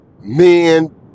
Men